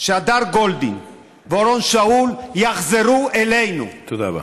שהדר גולדין ואורון שאול יחזרו אלינו, תודה רבה.